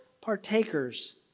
partakers